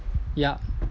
ya